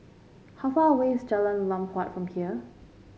how far away is Jalan Lam Huat from here